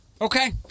Okay